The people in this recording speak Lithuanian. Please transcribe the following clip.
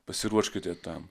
pasiruoškite tam